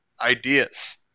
ideas